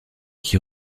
qui